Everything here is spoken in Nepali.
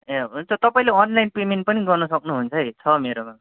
ए हुन्छ तपाईँले अनलाइन पेमेन्ट पनि गर्न सक्नुहुन्छ है छ मेरोमा